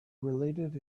related